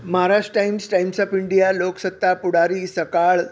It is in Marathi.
Maharashtra Times Times of India Loksatta Pudhari Sakal